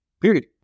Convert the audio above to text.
period